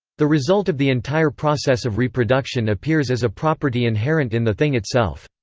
the result of the entire process of reproduction appears as a property inherent in the thing itself.